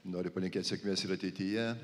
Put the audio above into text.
noriu palinkėt sėkmės ir ateityje